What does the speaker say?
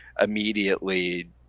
immediately